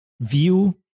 view